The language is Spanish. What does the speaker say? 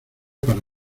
para